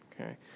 Okay